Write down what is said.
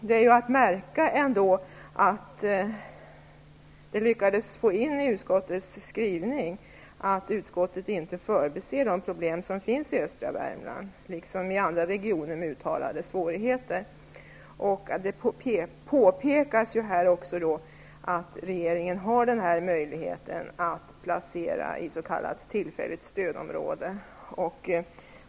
I utskottets skrivning lyckades man dock få in att utskottet inte förbiser de problem som finns i östra Värmland, liksom i andra regioner med uttalade svårigheter. Det påpekas även att regeringen har möjlighet att inplacera kommuner i s.k. tillfälligt stödområde.